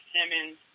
Simmons